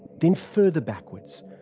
then further backwards,